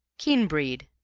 keen breed.